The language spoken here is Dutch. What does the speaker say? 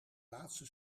laatste